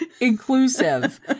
inclusive